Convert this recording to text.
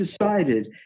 decided